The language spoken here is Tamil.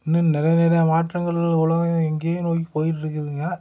இன்னும் நிறைய நிறைய மாற்றங்கள் உலகம் எங்கேயோ நோக்கி போயிக்கிட்டு இருக்குதுங்க